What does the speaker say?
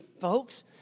folks